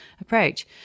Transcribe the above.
approach